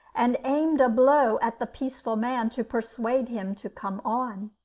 and aimed a blow at the peaceful man to persuade him to come on.